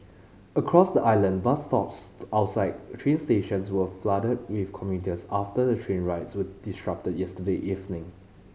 across the island bus stops outside train stations were flooded with commuters after the train rides were disrupted yesterday evening